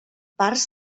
parts